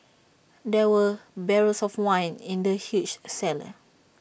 there were barrels of wine in the huge cellar